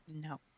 No